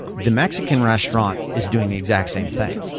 the mexican restaurant is doing the exact same thing,